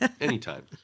Anytime